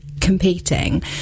competing